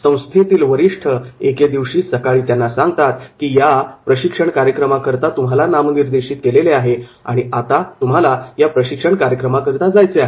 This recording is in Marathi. संस्थेतील वरिष्ठ एके दिवशी सकाळी त्यांना सांगतात की या प्रशिक्षण कार्यक्रमाकरिता तुम्हाला नामनिर्देशित केलेले आहे आणि आता तुम्हाला या प्रशिक्षण कार्यक्रमाकरिता जायचे आहे